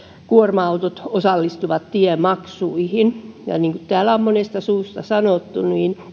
kuorma autot osallistuvat tiemaksuihin niin kuin täällä on monesta suusta sanottu